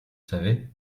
savez